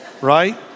Right